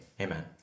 Amen